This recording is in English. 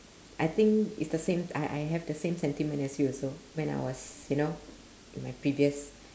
I think it's the same I I have the same sentiment as you also when I was you know at my previous